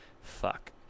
fuck